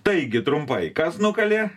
taigi trumpai kas nukalė